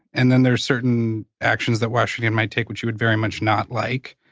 and then there are certain actions that washington might take, which you would very much not like.